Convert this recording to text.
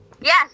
Yes